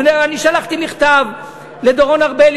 אני שלחתי מכתב לדורון ארבלי,